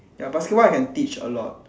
ya basketball I can teach a lot